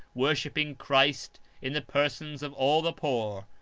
worshipping christ in the persons of all the poor,